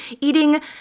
Eating